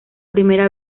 primera